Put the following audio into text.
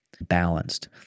Balanced